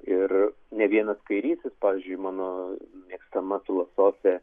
ir ne vienas kairysis pavyzdžiui mano mėgstama filosofė